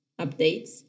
updates